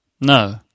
No